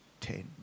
ten